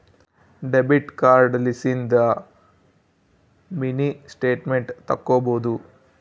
debit card ಲಿಸಿಂದ mini statement ತಕ್ಕೊಬೊದು